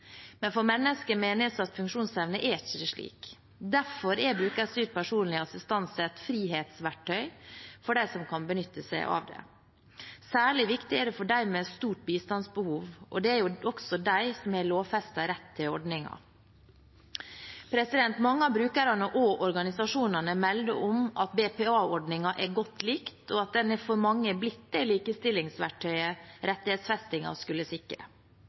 Men for mennesker med nedsatt funksjonsevne er det ikke slik. Derfor er brukerstyrt personlig assistanse et frihetsverktøy for dem som kan benytte seg av det. Særlig viktig er det for dem med stort bistandsbehov, og det er også de som har lovfestet rett til ordningen. Mange av brukerne og organisasjonene melder om at BPA-ordningen er godt likt, og at den for mange er blitt det likestillingsverktøyet rettighetsfestingen skulle sikre.